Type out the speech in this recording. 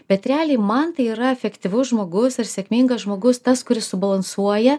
bet realiai man tai yra efektyvus žmogus ir sėkmingas žmogus tas kuris subalansuoja